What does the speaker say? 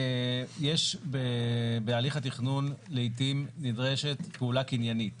יש בהליך התכנון לעיתים נדרשת פעול קניינית